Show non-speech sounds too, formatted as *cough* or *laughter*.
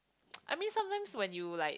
*noise* I mean sometimes when you like